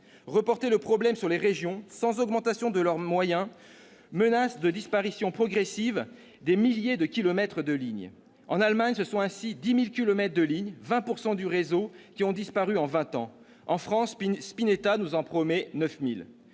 reportant le problème sur les régions sans accroître les moyens de ces dernières, on menace de disparition progressive des milliers de kilomètres de lignes. En Allemagne, ce sont ainsi 10 000 kilomètres de lignes, soit 20 % du réseau, qui ont disparu en vingt ans. En France, Spinetta nous en promet 9 000